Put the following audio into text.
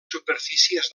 superfícies